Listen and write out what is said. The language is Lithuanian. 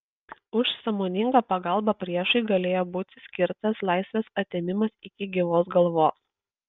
už sąmoningą pagalbą priešui galėjo būti skirtas laisvės atėmimas iki gyvos galvos